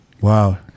Wow